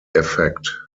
effect